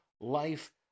life